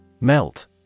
Melt